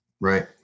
Right